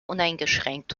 uneingeschränkt